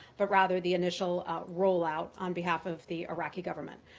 but rather the initial rollout on behalf of the iraqi government.